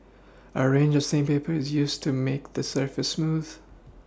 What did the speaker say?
a range of sandpaper is used to make the surface smooth